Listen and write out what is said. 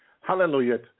Hallelujah